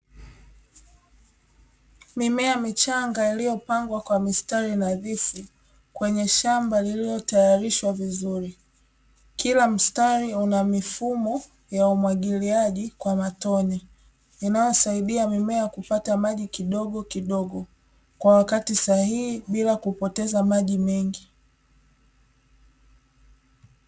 Mimea michanga iliyopangwa kwa mistari nadhifu kwenye shamba lililotayarishwa vizuri. Kila mstari una mifumo ya umwagiliaji wa matone unaosaidia mimea kupata maji kidogokidogo, kwa wakati sahihi bila kupoteza maji mengi.